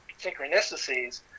synchronicities